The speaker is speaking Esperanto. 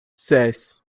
ses